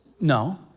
No